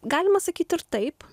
galima sakyti ir taip